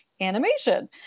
animation